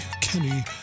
Kenny